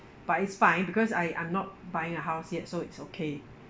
but it's fine because I I'm not buying a house yet so it's okay